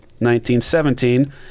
1917